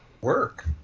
work